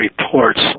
reports